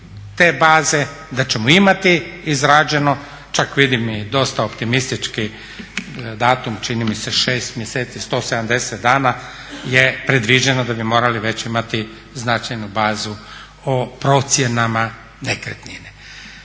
te baze, da ćemo imati izrađeno, čak vidim i dosta opmistični datum čini mi se 6 mjeseci, 170 dana je predviđeno da bi morali već imati značajnu bazu o procjenama nekretnine.